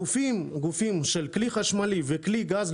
גופים של כלי חשמלי וכלי גז,